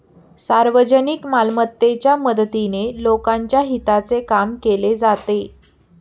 सार्वजनिक मालमत्तेच्या मदतीने लोकांच्या हिताचे काम केले जाते